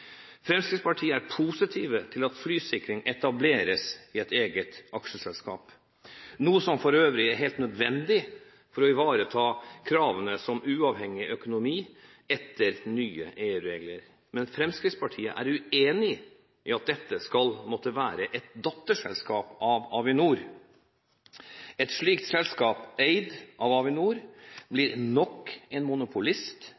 Fremskrittspartiet er positive til at flysikring etableres i et eget aksjeselskap, noe som for øvrig er helt nødvendig for å ivareta krav som uavhengig økonomi etter nye EU-regler. Men Fremskrittspartiet er uenig i at dette skal måtte være et datterselskap av Avinor. Et slikt selskap – eid av Avinor